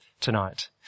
tonight